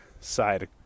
side